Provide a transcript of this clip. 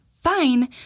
fine